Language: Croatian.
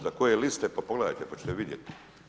Za koje liste, pa pogledajte pa ćete vidjeti.